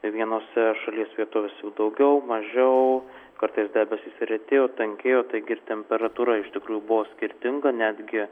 vienose šalies vietovės daugiau mažiau kartais debesys retėjo tankėjo taigi ir temperatūra iš tikrųjų buvo skirtinga netgi